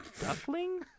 Duckling